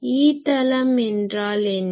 E தளம் எனறால் என்ன